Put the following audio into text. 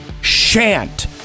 shan't